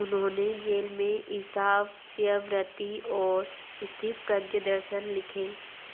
उन्होंने जेल में ईशावास्य वृत्ति और स्थितप्रज्ञ दर्शन लिखे